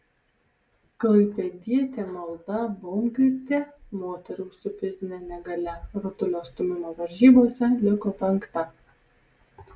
klaipėdietė malda baumgartė moterų su fizine negalia rutulio stūmimo varžybose liko penkta